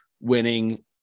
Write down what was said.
winning